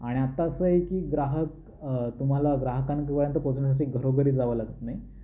आणि आत्ता असं आहे की ग्राहक तुम्हाला ग्राहकांपर्यंत पोचण्यासाठी घरोघरी जावं लागत नाही